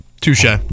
touche